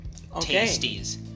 tasties